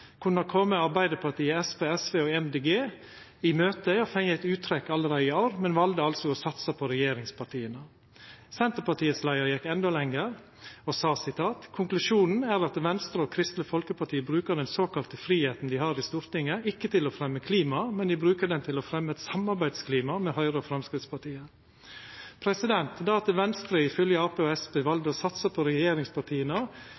og både fått en utredning og i tillegg et uttrekk allerede i år, men valgte altså å satse på regjeringspartiene.» Senterpartiets leiar gjekk endå lenger og sa at konklusjonen er at «Venstre og Kristelig Folkeparti bruker den såkalte friheten de har i Stortinget, ikke til å fremme klima, men de bruker den til å fremme et samarbeidsklima med Høyre og Fremskrittspartiet.» Det at Venstre ifølgje Arbeidarpartiet og Senterpartiet valde å satsa på